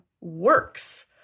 works